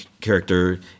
character